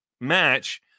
match